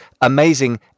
Amazing